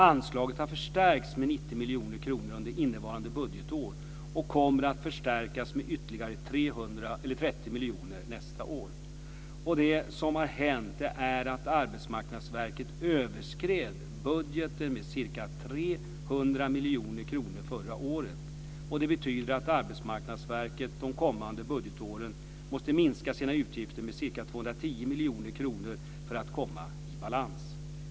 Anslaget har förstärkts med 90 miljoner kronor under innevarande budgetår och kommer att förstärkas med ytterligare 30 miljoner nästa år. Det som har hänt är att Arbetsmarknadsverket överskred budgeten med ca 300 miljoner kronor förra året. Det betyder att AMV de kommande budgetåren måste minska sina utgifter med ca 210 miljoner kronor för att komma i balans.